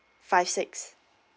five six